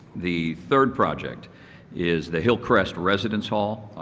the third project is the hillcrest residence hall.